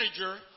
manager